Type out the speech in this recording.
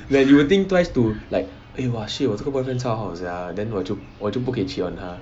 then you will think twice to like eh !wah! shit 我这个 boyfriend 超好的 ah then 我就我就不可以 cheat on 他